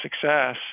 success